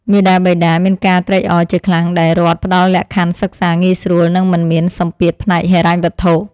មាតាបិតាមានការត្រេកអរជាខ្លាំងដែលរដ្ឋផ្តល់លក្ខខណ្ឌសិក្សាងាយស្រួលនិងមិនមានសម្ពាធផ្នែកហិរញ្ញវត្ថុ។